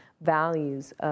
values